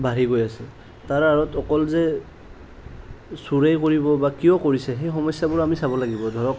বাঢ়ি গৈ আছে তাৰ আঁৰত অকল যে চোৰেই কৰিব বা কিয় কৰিছে সেই সমস্যাবোৰ আমি চাব লাগিব ধৰক